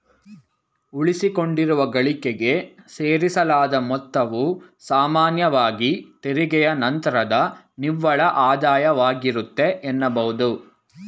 ಉಳಿಸಿಕೊಂಡಿರುವ ಗಳಿಕೆಗೆ ಸೇರಿಸಲಾದ ಮೊತ್ತವು ಸಾಮಾನ್ಯವಾಗಿ ತೆರಿಗೆಯ ನಂತ್ರದ ನಿವ್ವಳ ಆದಾಯವಾಗಿರುತ್ತೆ ಎನ್ನಬಹುದು